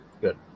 good